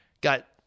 got